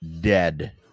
dead